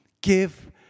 give